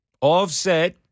Offset